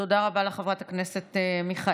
תודה רבה לחברת הכנסת מיכאלי.